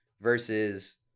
versus